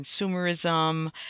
consumerism